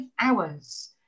hours